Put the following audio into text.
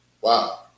Wow